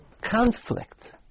conflict